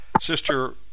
Sister